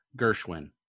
Gershwin